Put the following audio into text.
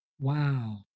Wow